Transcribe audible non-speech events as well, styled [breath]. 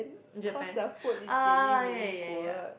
Japan [breath] ah ya ya ya